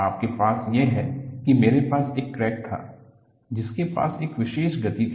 आपके पास ये है कि मेरे पास एक क्रैक था जिसके पास एक विशेष गति थी